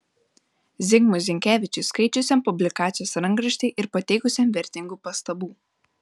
zigmui zinkevičiui skaičiusiam publikacijos rankraštį ir pateikusiam vertingų pastabų